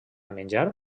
menjar